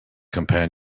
companion